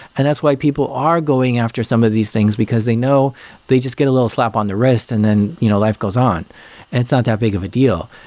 and that's why people are going after some of these things, because they know they just get a little slap on the wrist and then you know life goes on and it's not that big of a deal.